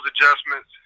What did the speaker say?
adjustments